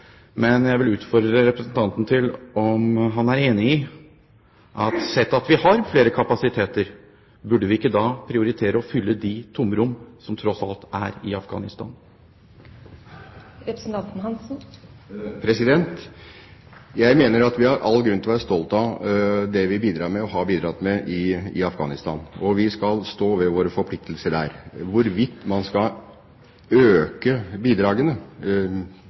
Jeg vil utfordre representanten på om han er enig i følgende: Sett at vi har flere kapasiteter, burde vi ikke da prioritere å fylle de tomrom som – tross alt – er i Afghanistan? Jeg mener vi har all grunn til å være stolte av det vi bidrar med, og har bidratt med, i Afghanistan. Og vi skal stå ved våre forpliktelser der. Hvorvidt man skal øke den militære delen av bidragene